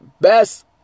best